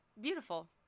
beautiful